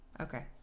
okay